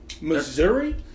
Missouri